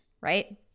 right